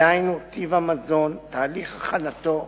דהיינו טיב המזון, תהליך הכנתו,